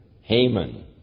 Haman